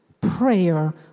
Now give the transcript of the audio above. prayer